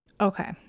Okay